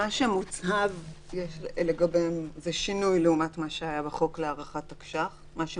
מה שמוצהב זה שינוי לעומת מה שהיה בחוק להארכת תקש"ח.